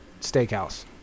steakhouse